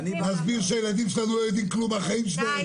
להסביר שהילדים שלנו לא יודעים כלום מהחיים שלהם,